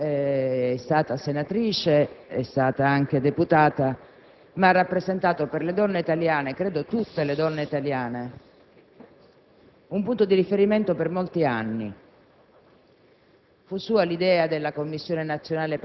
La volevo ricordare perché è stata senatrice, è stata anche deputata, ma ha rappresentato per le donne italiane - credo tutte le donne italiane - un punto di riferimento per molti anni.